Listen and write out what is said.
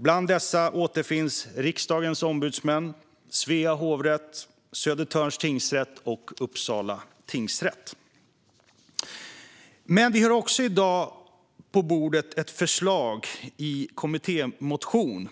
Bland dessa återfinns Riksdagens ombudsmän, Svea hovrätt, Södertörns tingsrätt och Uppsala tingsrätt. På bordet i dag har vi också ett förslag i en kommittémotion